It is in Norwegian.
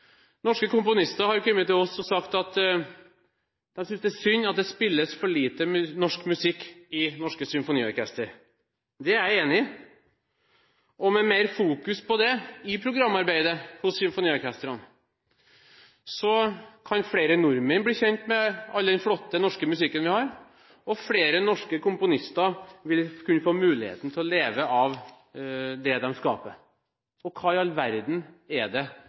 Norske komponister har kommet til oss og sagt at de synes det er synd at det spilles for lite norsk musikk i norske symfoniorkester. Det er jeg enig i, og med mer fokus på det i programarbeidet hos symfoniorkestrene, kan flere nordmenn bli kjent med all den flotte, norske musikken vi har, og flere norske komponister vil kunne få muligheten til å kunne leve av det de skaper. Hva i all verden er så farlig med det?